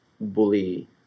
bully